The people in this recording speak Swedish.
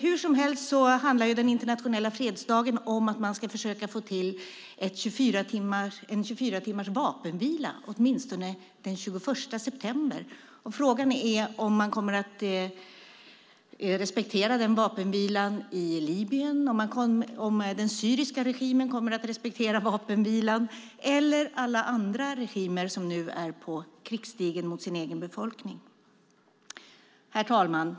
Hur som helst handlar den internationella fredsdagen om att man ska försöka få till en 24-timmars vapenvila, åtminstone den 21 september. Frågan är om man kommer att respektera den vapenvilan i Libyen, om den syriska regimen kommer att respektera vapenvilan eller alla andra regimer som nu är på krigsstigen mot sin egen befolkning. Herr talman!